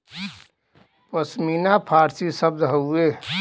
पश्मीना फारसी शब्द हउवे